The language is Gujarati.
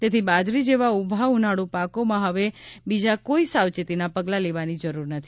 તેથી બાજરી જેવા ઉભા ઉનાળુ પાકોમાં હવે બીજા કોઈ સાવચેતીના પગલા લેવાની જરૂર નથી